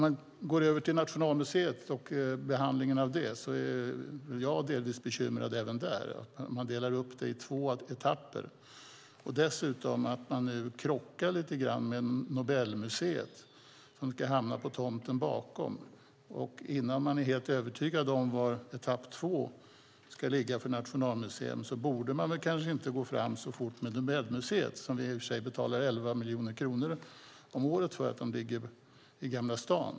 Låt mig gå över till behandlingen av Nationalmuseum. Jag är delvis bekymrad även i den frågan. Det hela kommer att delas upp i två etapper. Nu kommer museet att krocka lite grann med Nobelmuseet, som ska hamna på tomten bakom. Innan man är helt övertygad om var Nationalmuseum ska placeras inför etapp 2 borde man kanske inte gå fram så fort med Nobelmuseet, som vi i och för sig betalar 11 miljoner kronor om året för för att ligga i Gamla stan.